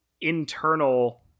internal